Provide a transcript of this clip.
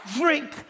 drink